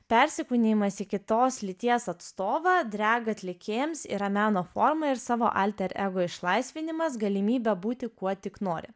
persikūnijimas į kitos lyties atstovą drag atlikėjams yra meno forma ir savo alter ego išlaisvinimas galimybė būti kuo tik nori